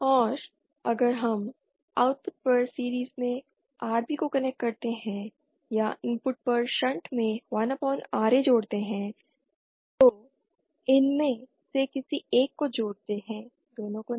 और अगर हम आउटपुट पर सीरिज़ में Rb को कनेक्ट करते हैं या इनपुट पर शंट में 1Ra जोड़ते हैं तो इसमें से किसी एक को जोड़ते हैं दोनों को नहीं